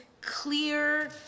clear